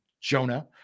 Jonah